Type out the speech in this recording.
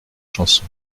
chanson